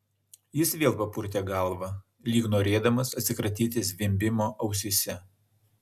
jis vėl papurtė galvą lyg norėdamas atsikratyti zvimbimo ausyse